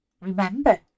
Remember